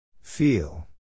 Feel